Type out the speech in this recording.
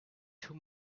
too